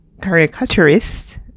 caricaturist